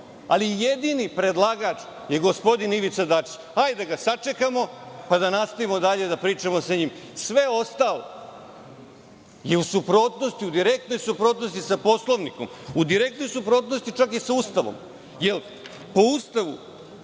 ali jedini predlagač je gospodin Ivica Dačić. Hajde da ga sačekamo, pa da nastavimo dalje da pričamo sa njim. Sve ostalo je u direktnoj suprotnosti sa Poslovnikom. U direktnoj suprotnosti je čak i sa Ustavom, jer, po Ustavu,